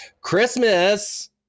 Christmas